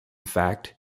fact